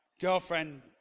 girlfriend